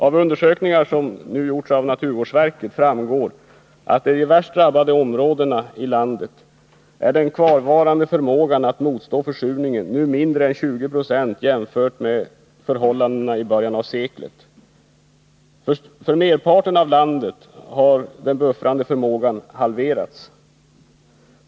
Av undersökningar som gjorts av naturvårdsverket framgår att i de värst drabbade områdena i landet är den kvarvarande förmågan att motstå försurningen nu mindre än 20 20 jämfört med förhållandena i början av seklet. För merparten av landet har den buffrande förmågan halverats.